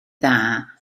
dda